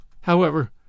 However